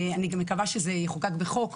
אני גם מקווה שזה יחוקק בחוק,